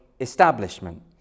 establishment